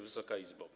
Wysoka Izbo!